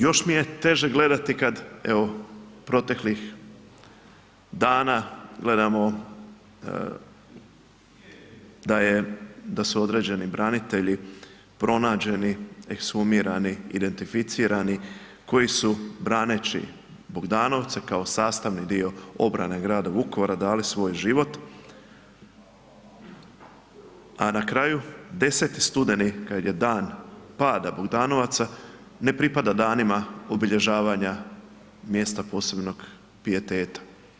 Još mi je teže gledati, kad evo proteklih dana gledamo da je, da su određeni branitelji pronađeni ekshumirani, identificirani koji su braneći Bogdanovce kao sastavni dio obrane grada Vukovara dali svoj život, a na kraju 10. studeni kad je dan pada Bogdanovaca ne pripada danima obilježavanja mjesta posebnog pijeteta.